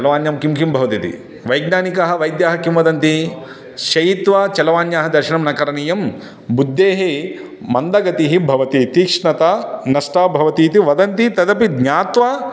चलवाण्यां किं किं भवतीति वैज्ञानिकाः वैद्याः किं वदन्ति शयित्वा चलवाण्याः दर्शनं न करणीयं बुद्धेः मन्दगतिः भवतीति तीक्ष्णता नष्टा भवतीति वदन्ति तदपि ज्ञात्वा